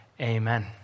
Amen